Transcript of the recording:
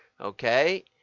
okay